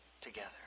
together